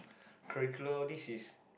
curriculum all these is